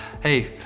hey